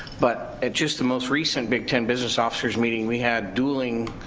but at just the most recent big ten business officers meeting we had dueling